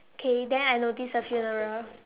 okay then I noticed the funeral